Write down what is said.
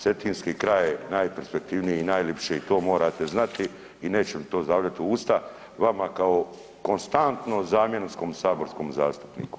Cetinski kraj je najperspektivniji i najlipši i to morate znati i nećete to …/nerazumljivo/… u usta, vama kao konstantno zamjenskom saborskom zastupniku.